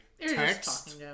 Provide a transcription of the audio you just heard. text